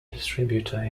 distributor